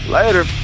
Later